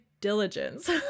diligence